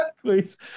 Please